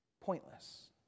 pointless